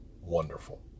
wonderful